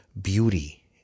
beauty